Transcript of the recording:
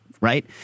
Right